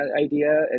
idea